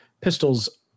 pistols